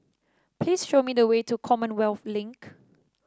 please show me the way to Commonwealth Link